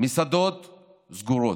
המסעדות סגורות.